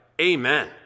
amen